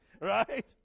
right